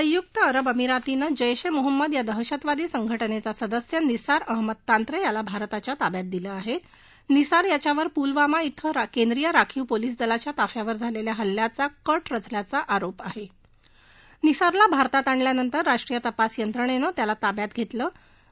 संयुक्त अरब अमिरातीनं जेश ए मोहम्मद या दहशतवादी संघटनक्त सदस्य निसार अहमद तांत्रखिला भारताच्या ताब्यात दिलं आहक् निसार याच्यावर पुलवामा क्विं केंद्रीय राखीव पोलीस दलाच्या ताफ्यावर झालखी हल्ल्याचा कट रचल्याचा आरोप आहा निसारला भारतात आणल्यानंतर राष्ट्रीय तपास यंत्रणा ित्याला ताब्यात घेत्रिं